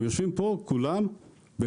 הם יושבים פה כולם בפניקה.